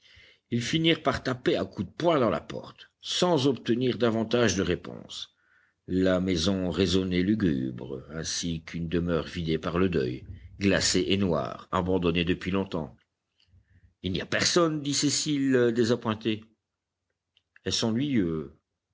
ils finirent par taper à coups de poing dans la porte sans obtenir davantage de réponse la maison résonnait lugubre ainsi qu'une demeure vidée par le deuil glacée et noire abandonnée depuis longtemps il n'y a personne dit cécile désappointée